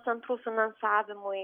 centrų finansavimui